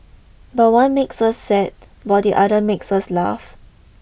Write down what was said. but one makes us sad while the other makes us laugh